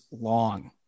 long